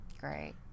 Great